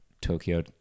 Tokyo